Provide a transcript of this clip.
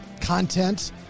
content